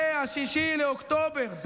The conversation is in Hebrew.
אני מפציר בכם, אל תהיה אנשי 6 לאוקטובר.